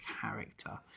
character